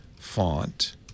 font